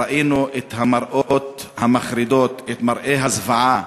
וראינו את המראות המחרידים, את מראה הזוועה